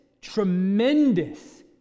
tremendous